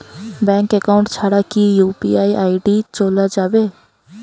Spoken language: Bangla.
ব্যাংক একাউন্ট ছাড়া কি ইউ.পি.আই আই.ডি চোলা যাবে?